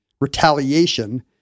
retaliation